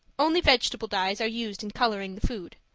only vegetable dyes are used in colouring the food.